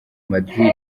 madrid